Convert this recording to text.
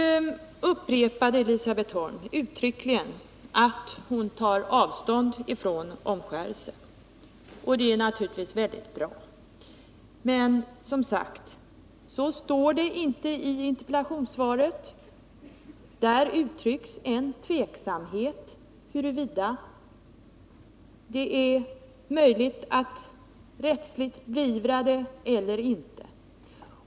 Nu upprepade Elisabet Holm uttryckligen att hon tar avstånd från omskärelse, och det är naturligtvis mycket bra. Men som sagt — så står det inte iinterpellationssvaret. Där uttrycks en tveksamhet huruvida det är möjligt att rättsligt beivra det eller inte.